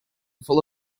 full